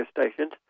stations